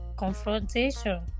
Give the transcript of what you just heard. Confrontation